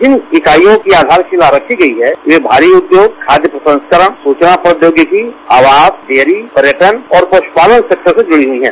जिन इकाइयों की आधारशिला रखी गई है वह भारी औद्योग खाद्य प्रसंस्करण सूचना प्रौद्योगिकी आवास डेयरी पर्यटन और पशुपालन सेक्टर से जड़ी हुई हैं